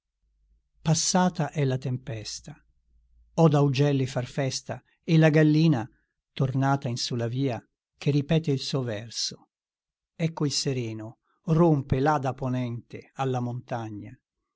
natale passata è la tempesta odo augelli far festa e la gallina tornata in su la via che ripete il suo verso ecco il sereno rompe là da ponente alla montagna